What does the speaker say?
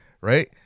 Right